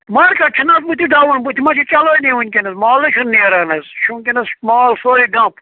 market چھُنہٕ بُتھِ down بُتھِ ما چھِ چَلٲنی وٕنۍکینَس مالٕے چھُنہٕ نیران حظ چھُ وٕنۍکینَس مال سورُے دَمپ